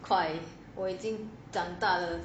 快我已经长大的